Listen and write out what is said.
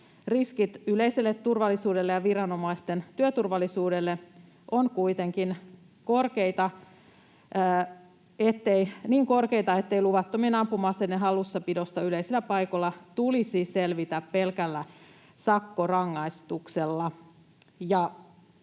Riskit yleiselle turvallisuudelle ja viranomaisten työturvallisuudelle ovat kuitenkin niin korkeita, ettei luvattomien ampuma-aseiden hallussapidosta yleisillä paikoilla tulisi selvitä pelkällä sakkorangaistuksella.